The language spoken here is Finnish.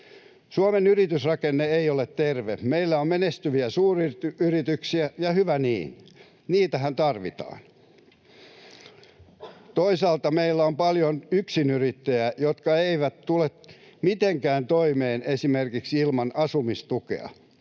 Suomen yritysrakenne ei ole terve. Meillä on menestyviä suuryrityksiä, ja hyvä niin, niitähän tarvitaan. Toisaalta meillä on paljon yksinyrittäjiä, jotka eivät tule mitenkään toimeen esimerkiksi ilman asumistukea.